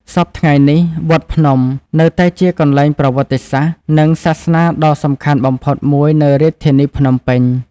សព្វថ្ងៃនេះ វត្តភ្នំ នៅតែជាកន្លែងប្រវត្តិសាស្ត្រ និងសាសនាដ៏សំខាន់បំផុតមួយនៅរាជធានីភ្នំពេញ។